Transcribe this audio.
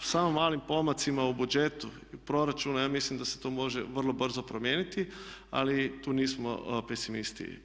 samo malim pomacima u budžetu i proračunu ja mislim da se to može vrlo brzo promijeniti ali tu nismo pesmisti.